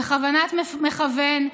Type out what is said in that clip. בכוונת מכוון,